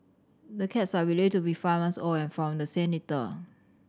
the cats are believed to be five months old and from the same litter